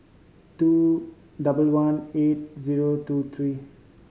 two double one eight zero two three